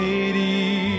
Lady